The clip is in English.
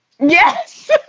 Yes